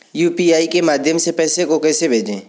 UPI के माध्यम से पैसे को कैसे भेजें?